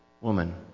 Woman